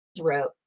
wrote